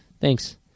Thanks